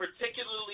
particularly